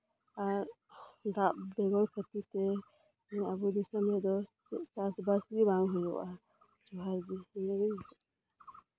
ᱟᱨ ᱫᱟᱜ ᱵᱮᱜᱚᱨ ᱠᱷᱟᱹᱛᱤᱨ ᱛᱮ ᱱᱚᱣᱟ ᱵᱤᱨ ᱫᱤᱥᱚᱢ ᱨᱮ ᱪᱮᱫ ᱪᱟᱥᱵᱟᱥ ᱜᱮ ᱵᱟᱝ ᱦᱩᱭᱩᱜᱼᱟ ᱵᱷᱟᱹᱜᱤ